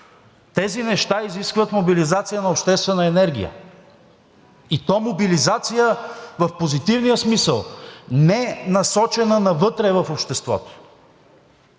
Тези неща изискват мобилизация на обществена енергия, и то мобилизация в позитивния смисъл, не насочена навътре в обществото.